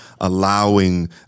allowing